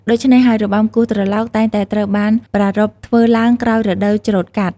ដូច្នេះហើយ របាំគោះត្រឡោកតែងតែត្រូវបានប្រារព្ធធ្វើឡើងក្រោយរដូវច្រូតកាត់។